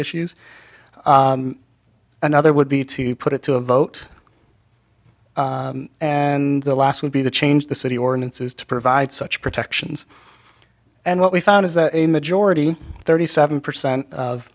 issues another would be to put it to a vote and the last would be to change the city ordinances to provide such protections and what we found is that a majority thirty seven percent of